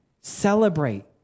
Celebrate